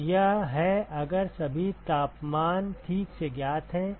तो यह है अगर सभी तापमान ठीक से ज्ञात हैं